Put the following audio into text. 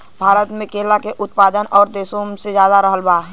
भारत मे केला के उत्पादन और देशो से ज्यादा रहल बा